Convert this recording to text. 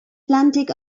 atlantic